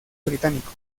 británico